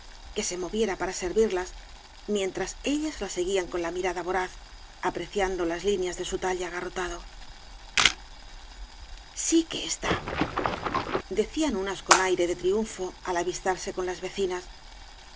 que se moviera para servirlas mientras ellas la seguían con mirada voraz apreciando las lineas de su talle agarrotado si que está decían unas con aire de triunfo al avistarse con las vecinas